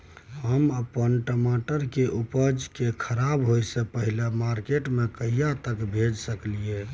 हम अपन टमाटर के उपज के खराब होय से पहिले मार्केट में कहिया तक भेज सकलिए?